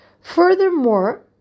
Furthermore